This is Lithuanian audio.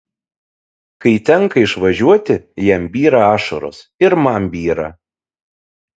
kai tenka išvažiuoti jam byra ašaros ir man byra